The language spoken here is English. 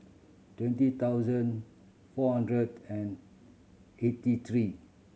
twenty thousand four hundred and eighty three